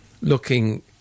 looking